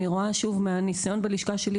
אני רואה שוב מהנסיון בלשכה שלי,